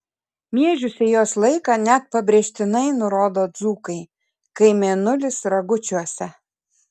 miežių sėjos laiką net pabrėžtinai nurodo dzūkai kai mėnulis ragučiuose